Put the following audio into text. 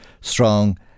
strong